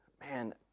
Man